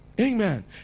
Amen